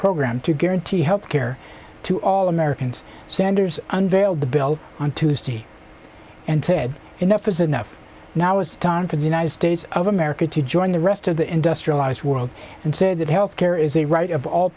program to guarantee health care to all americans sanders unveiled the bill on tuesday and said enough is enough now it's time for the united states of america to join the rest of the industrialized world and said that health care is a right of all